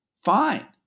Fine